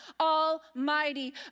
Almighty